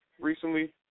recently